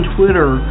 Twitter